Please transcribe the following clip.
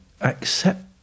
accept